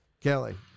Kelly